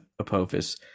Apophis